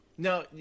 No